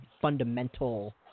fundamental